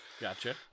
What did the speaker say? Gotcha